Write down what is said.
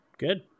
good